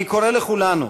אני קורא לכולנו,